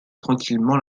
tranquillement